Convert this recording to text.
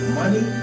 money